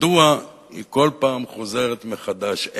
מדוע היא כל פעם חוזרת מחדש.